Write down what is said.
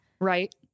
Right